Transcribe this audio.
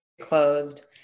closed